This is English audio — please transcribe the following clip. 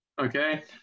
okay